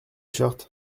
shirts